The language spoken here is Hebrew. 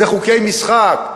זה חוקי משחק.